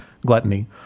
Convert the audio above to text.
gluttony